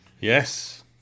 Yes